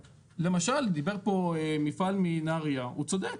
למשל, דיבר פה מפעל מנהריה והוא צודק.